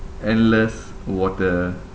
endless water